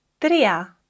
tria